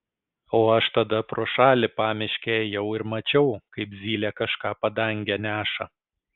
o aš tada pro šalį pamiške ėjau ir mačiau kaip zylė kažką padange neša